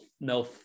no